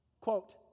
quote